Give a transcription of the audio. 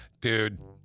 Dude